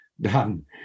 Dan